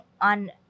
on